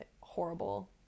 horrible